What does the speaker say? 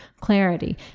clarity